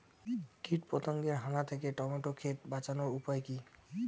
কীটপতঙ্গের হানা থেকে টমেটো ক্ষেত বাঁচানোর উপায় কি?